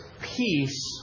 peace